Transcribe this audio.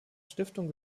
stiftung